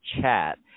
chat